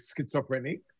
schizophrenic